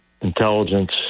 intelligence